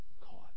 caught